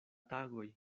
tagoj